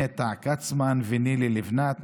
נטע כצמן ונילי לבנת,